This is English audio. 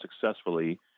successfully